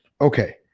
okay